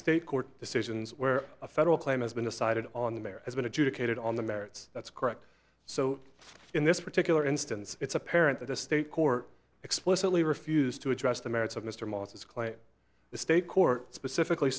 state court decisions where a federal claim has been decided on the mayor has been adjudicated on the merits that's correct so in this particular instance it's apparent that the state court explicitly refused to address the merits of mr moss's claim the state court specifically